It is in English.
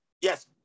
Yes